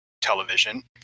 television